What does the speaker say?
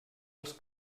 els